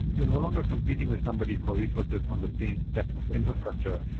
you're no longer competing with somebody for resources on the same set of infrastructure.